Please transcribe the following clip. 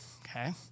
okay